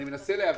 ומנסה להבין: